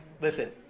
listen